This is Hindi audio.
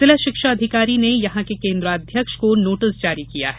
जिला शिक्षा अधिकारी ने यहां के केन्द्राध्यक्ष को नोटिस जारी किया है